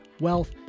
wealth